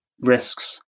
risks